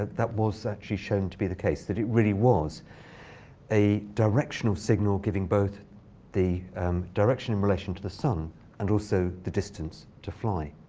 that was actually shown to be the case that it really was a directional signal giving both the direction in relation to the sun and also the distance to fly.